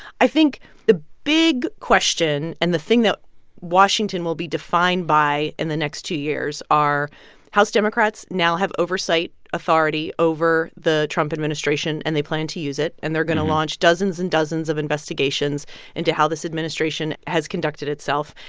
i think the big question and the thing that washington will be defined by in the next two years are house democrats now have oversight authority over the trump administration. and they plan to use it. and they're going to launch dozens and dozens of investigations into how this administration has conducted itself.